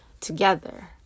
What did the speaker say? together